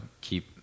keep